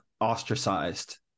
ostracized